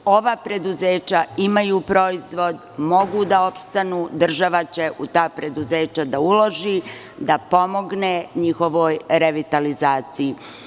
Ova preduzeća imaju proizvod, mogu da opstanu, država će u ta preduzeća da uloži, da pomogne njihovoj revitalizaciji.